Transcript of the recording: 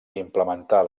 implementar